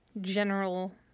general